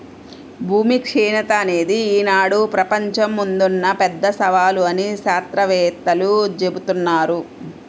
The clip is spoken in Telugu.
భూమి క్షీణత అనేది ఈనాడు ప్రపంచం ముందున్న పెద్ద సవాలు అని శాత్రవేత్తలు జెబుతున్నారు